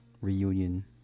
reunion